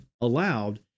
allowed